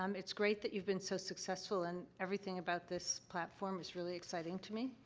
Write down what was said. um it's great that you've been so successful, and everything about this platform is really exciting to me,